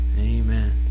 Amen